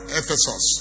ephesus